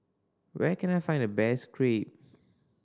where can I find the best Crepe